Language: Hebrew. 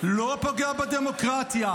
ולא פוגע בדמוקרטיה,